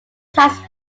tax